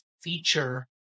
feature